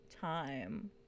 time